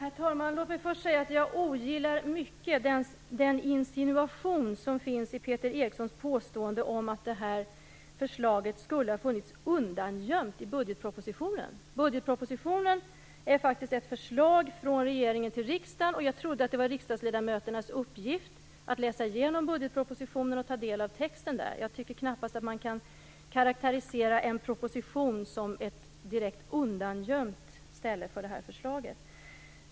Herr talman! Låt mig för det första säga att jag starkt ogillar den insinuation som finns i Peter Erikssons påstående att förslaget skulle ha funnits undangömt i budgetpropositionen. Budgetpropositionen är faktiskt ett förslag från regeringen till riksdagen, och jag trodde att det var riksdagsledamöternas uppgift att läsa igenom den och ta del av texten. Jag tycker knappast att man kan karakterisera en proposition som ett direkt undangömt ställe för förslaget.